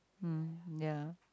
mm ya